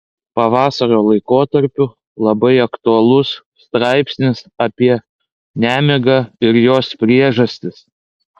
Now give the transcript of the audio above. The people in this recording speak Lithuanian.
pavasario laikotarpiui labai aktualus straipsnis apie nemigą ir jos priežastis